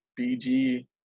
bg